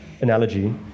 analogy